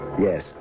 Yes